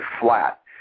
flat